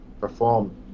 perform